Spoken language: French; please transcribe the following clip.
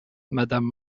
madame